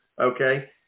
okay